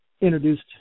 introduced